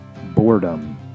boredom